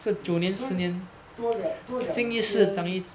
mm 所以多两多两天